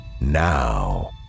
Now